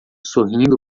sorrindo